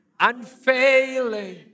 Unfailing